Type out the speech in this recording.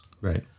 Right